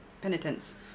penitence